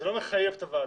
שזה לא מחייב את הוועדה.